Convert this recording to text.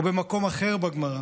ובמקום אחר בגמרא: